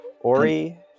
Ori